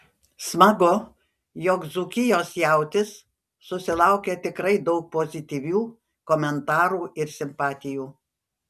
smagu jog dzūkijos jautis susilaukė tikrai daug pozityvių komentarų ir simpatijų